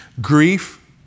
Grief